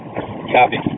Copy